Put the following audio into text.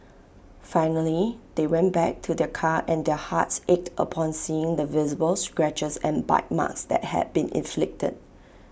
finally they went back to their car and their hearts ached upon seeing the visible scratches and bite marks that had been inflicted